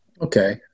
Okay